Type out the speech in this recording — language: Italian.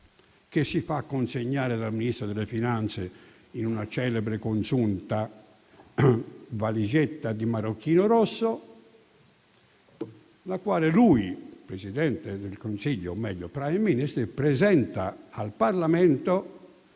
che si fa consegnare dal Ministro delle finanze in una celebre, consunta valigetta in marocchino rosso la quale lui, Presidente del Consiglio, o meglio *Prime Minister*, presenta al Parlamento,